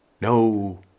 No